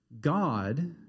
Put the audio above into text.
God